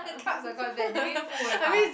carbs are quite bad they make you full very fast